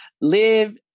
live